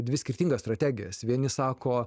dvi skirtingas strategijas vieni sako